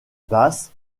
basse